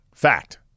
Fact